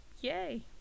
yay